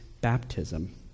baptism